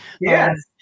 Yes